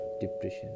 depression